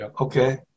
okay